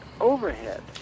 overhead